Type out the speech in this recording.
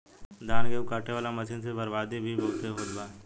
धान, गेहूं काटे वाला मशीन से बर्बादी भी बहुते होत बा